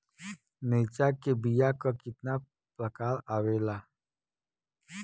मिर्चा के बीया क कितना प्रकार आवेला?